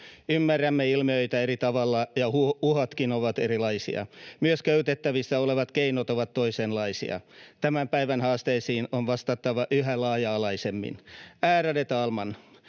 Ymmärrämme ilmiöitä eri tavalla, ja uhatkin ovat erilaisia. Myös käytettävissä olevat keinot ovat toisenlaisia. Tämän päivän haasteisiin on vastattava yhä laaja-alaisemmin. Ärade talman!